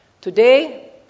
Today